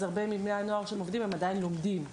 אז הרבה מבני הנוער שלומדים הם עדיין עובדים,